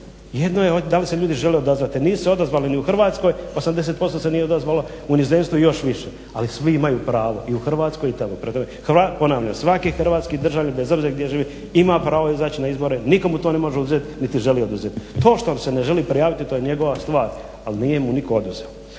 Jedno je da li se ljudi žele odazvati, nisu se odazvali ni u Hrvatskoj, 89% se nije odazvalo u inozemstvu još više. Ali svi imaju pravo i u Hrvatskoj i tako. Prema tome, ponavljam svaki hrvatski državljanin bez obzira gdje živi ima pravo izaći na izbore, niko mu to ne može uzeti niti želi oduzet. To što se ne želi prijaviti to je njegova stvar, ali nije mu niko oduzeo.